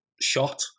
shot